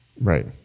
Right